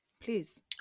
please